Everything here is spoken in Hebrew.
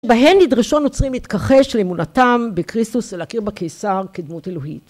בהן נדרשו הנוצרים להתכחש לאמונתם בקריסטוס, ולהכיר בקיסר כדמות אלוהית.